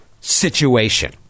situation